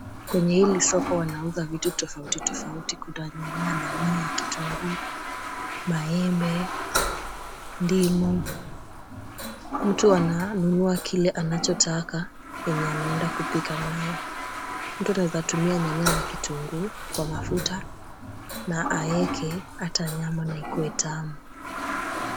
Kwenye hili soko wanauza vitu tofauti tofauti, kuna nyanya, dania, kitunguu, maembe, ndimu. Mtu ananunua kile anachotaka yenye anaenda kupika nayo. Mtu ata anaeza tumia nyanya na kitunguu kwa mafuta na aeke ata nyama na ikuwe tamu.